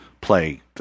play